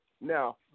Now